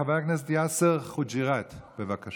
חבר הכנסת יאסר חוג'יראת, בבקשה.